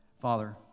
Father